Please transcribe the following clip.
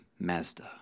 Mazda